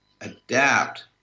adapt